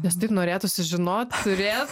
nes taip norėtųsi žinot turėt